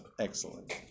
Excellent